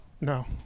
No